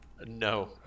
No